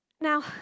Now